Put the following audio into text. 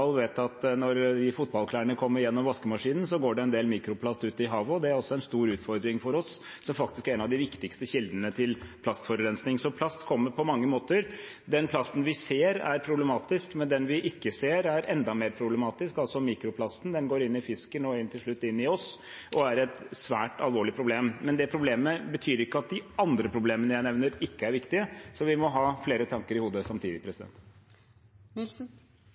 vet at når fotballklærne kommer i vaskemaskinen, går det en del mikroplast ut i havet, og det er også en stor utfordring for oss – faktisk en av de viktigste kildene til plastforurensning. Så plast kommer på mange måter. Den plasten vi ser, er problematisk, men den vi ikke ser, er enda mer problematisk, altså mikroplasten. Den går inn i fisken og til slutt inn i oss og er et svært alvorlig problem. Men det problemet betyr ikke at de andre problemene jeg nevner, ikke er viktige. Så vi må ha flere tanker i hodet samtidig.